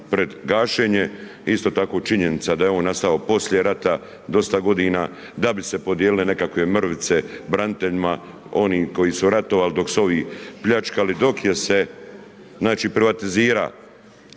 pred gašenje. Isto tako činjenica je da je on nastao poslije rata dosta godina da bi se podijelile nekakve mrvice braniteljima, onim koji su ratovali dok su ovi pljačkali, dok je se, znači privatizirao